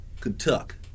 Kentucky